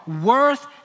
worth